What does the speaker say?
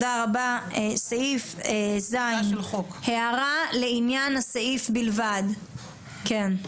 סעיף (ז) הערה לעניין הסעיף בלבד, כן.